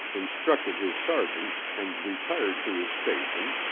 instructed his sergeants and retired to his station,